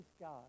God